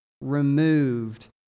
removed